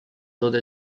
other